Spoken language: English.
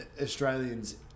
Australians